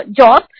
job